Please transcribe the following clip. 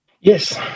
Yes